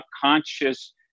conscious